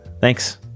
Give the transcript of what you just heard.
Thanks